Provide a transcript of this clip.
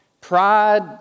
pride